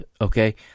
okay